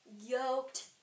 yoked